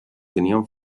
tenían